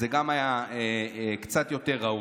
גם זה היה קצת יותר ראוי.